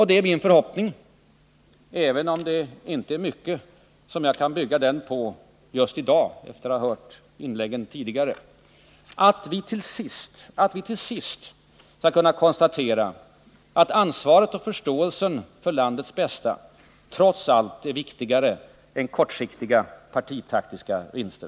Det är min förhoppning — även om det inte är mycket som jag kan bygga den på just i dag efter att ha hört de tidigare inläggen — att vi till sist skall kunna konstatera, att ansvaret och förståelsen för landets bästa trots allt är viktigare än kortsiktiga partitaktiska vinster.